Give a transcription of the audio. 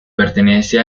pertenece